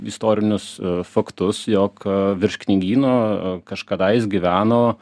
istorinius faktus jog virš knygyno kažkadais gyveno